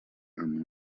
amb